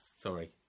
Sorry